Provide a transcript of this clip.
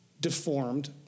deformed